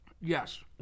Yes